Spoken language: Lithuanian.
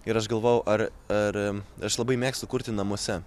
ir aš galvojau ar ar aš labai mėgstu kurti namuose